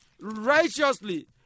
righteously